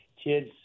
Kids